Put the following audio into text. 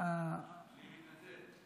אני מתנצל.